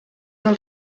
del